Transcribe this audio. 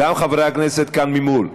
גם חברי הכנסת כאן, ממול.